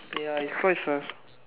ya it's quite fast